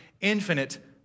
infinite